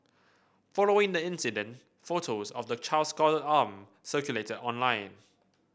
following the incident photos of the child's scalded arm circulated online